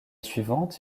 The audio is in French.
suivante